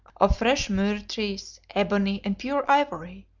of fresh myrrh trees, ebony and pure ivory,